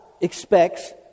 expects